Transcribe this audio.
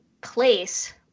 place